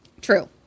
True